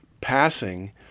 passing